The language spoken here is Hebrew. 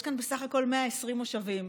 יש כאן בסך הכול 120 מושבים.